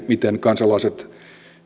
miten kansalaiset